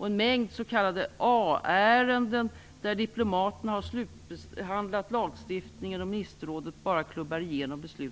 I en mängd s.k. A-ärenden slutbehandlar diplomater frågor om lagstiftning, och ministerrådet klubbar bara igenom beslut.